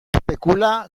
especula